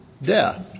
Death